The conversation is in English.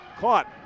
Caught